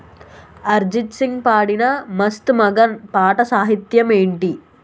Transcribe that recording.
అరిజిత్ సింగ్ పాడిన మస్త్ మగన్ పాట సాహిత్యం ఏంటి